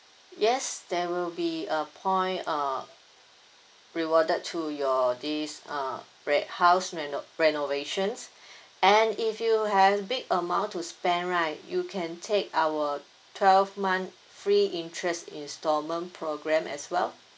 yes there will be a point uh rewarded to your this uh re~ house reno~ renovations and if you have big amount to spend right you can take our twelve month free interest installment programme as well